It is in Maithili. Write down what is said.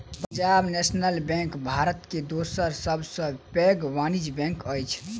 पंजाब नेशनल बैंक भारत के दोसर सब सॅ पैघ वाणिज्य बैंक अछि